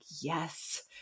yes